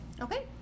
Okay